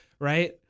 right